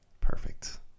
Perfect